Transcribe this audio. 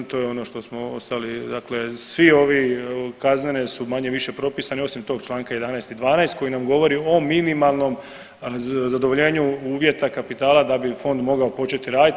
To je ono što smo ostali, dakle svi ovi kaznene su manje-više propisane, osim tog članka 11. i 12. koji nam govori o minimalnom zadovoljenju uvjeta kapitala da bi fond mogao početi raditi.